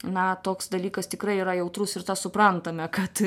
na toks dalykas tikrai yra jautrus ir tą suprantame kad